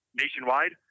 nationwide